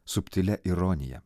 subtilia ironija